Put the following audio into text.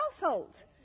households